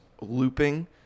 looping